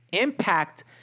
impact